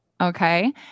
okay